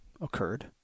occurred